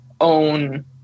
own